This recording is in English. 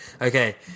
Okay